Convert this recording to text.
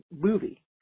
movie